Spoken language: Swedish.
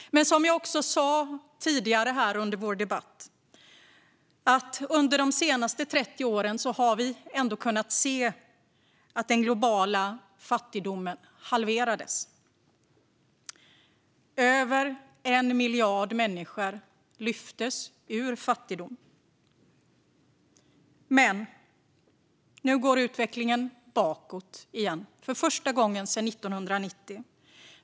Men som jag också sa tidigare här under vår debatt har vi under de senaste 30 åren ändå kunnat se att den globala fattigdomen har halverats. Över 1 miljard människor lyftes ur fattigdom. Men nu går utvecklingen bakåt igen för första gången sedan 1990.